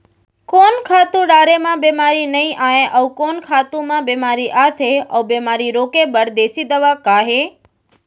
कोन खातू डारे म बेमारी नई आये, अऊ कोन खातू म बेमारी आथे अऊ बेमारी रोके बर देसी दवा का हे?